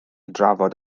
drafod